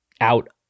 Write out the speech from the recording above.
out